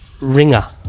Ringer